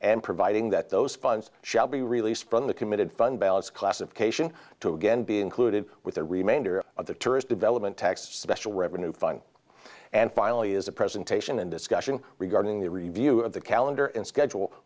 and providing that those funds shall be released from the committed fund balance classification to again be included with the remainder of the tourist development tax special revenue funk and finally is a presentation and discussion regarding the review of the calendar and schedule